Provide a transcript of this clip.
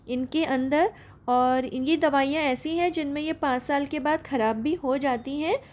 इनके अंदर और ये दवाईयाँ ऐसी हैं जिन में ये पाँच साल के बाद ख़राब भी हो जाती हैं